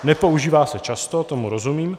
Nepoužívá se často, tomu rozumím.